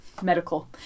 Medical